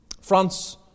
France